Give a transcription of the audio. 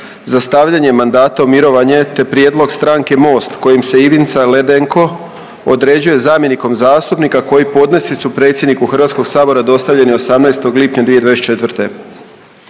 za stavljanje mandata u mirovanje, te prijedlog stranke Most kojim se Ivica Ledenko određuje zamjenikom zastupnika koji podnesci su predsjedniku HS dostavljeni 18. lipnja 2024..